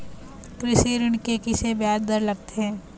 कृषि ऋण के किसे ब्याज दर लगथे?